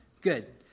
good